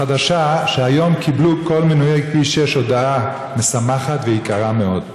החדשה: היום קיבלו כל מנויי כביש 6 הודעה משמחת ויקרה מאוד.